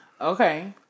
Okay